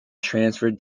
transferred